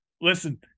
Listen